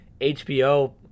HBO